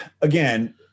again